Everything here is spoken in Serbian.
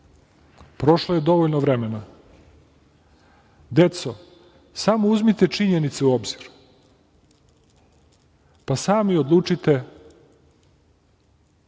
prošlo je dovoljno vremena. Deco, samo uzmite činjenice u obzir, pa sami odlučite